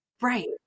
Right